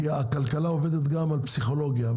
כי הכלכלה עובדת גם על פסיכולוגיה.